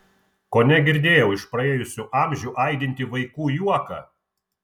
kone girdėjau iš praėjusių amžių aidintį vaikų juoką